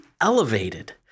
elevated